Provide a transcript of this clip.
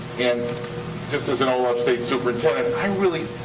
and just as an old upstate superintendent, i really.